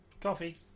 coffee